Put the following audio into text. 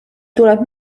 tuleb